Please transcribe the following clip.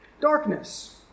darkness